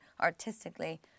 artistically